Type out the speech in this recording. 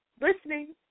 listening